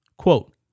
Quote